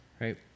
Right